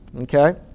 Okay